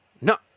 No